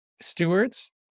stewards